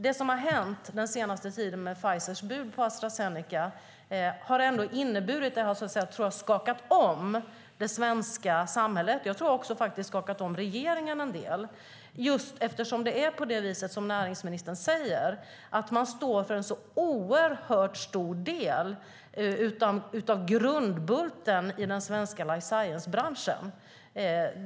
Det som har hänt den senaste tiden med Pfizers bud på Astra Zeneca tror jag ändå har skakat om det svenska samhället. Jag tror att det också har skakat om regeringen en del eftersom företaget, som näringsministern säger, utgör en så oerhört stor del av grundbulten i den svenska life science-branschen.